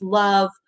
love